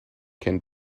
can